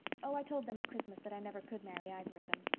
oh, i told them at christmas that i never could marry either of them.